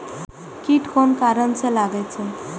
कीट कोन कारण से लागे छै?